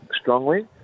strongly